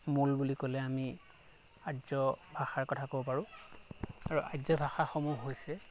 মূল বুলি ক'লে আমি আৰ্য ভাষাৰ কথা ক'ব পাৰোঁ আৰু আৰ্য ভাষাসমূহ হৈছে